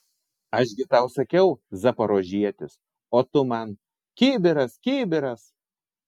aš gi tau sakiau zaporožietis o tu man kibiras kibiras